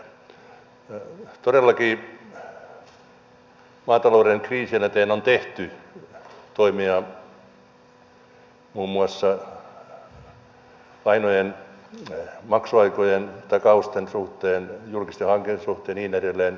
todellakin maatalouden kriisin eteen on tehty toimia muun muassa lainojen maksuaikojen ja takausten suhteen julkisten hankintojen suhteen ja niin edelleen